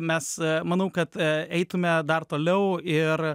mes manau kad eitume dar toliau ir